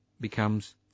becomes